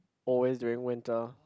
always during winter